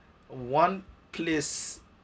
one plus